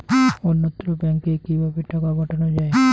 অন্যত্র ব্যংকে কিভাবে টাকা পাঠানো য়ায়?